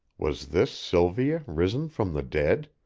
was this sylvia risen from the dead?